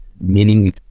meaning